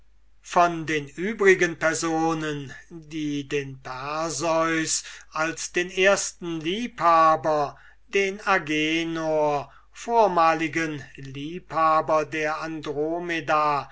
von den übrigen personen die den perseus als den ersten liebhaber den agenor vormaligen liebhaber der andromeda